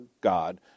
God